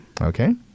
Okay